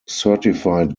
certified